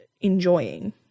enjoying